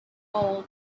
all